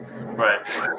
Right